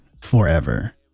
forever